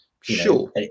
Sure